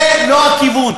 זה לא הכיוון.